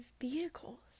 vehicles